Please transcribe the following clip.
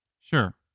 Sure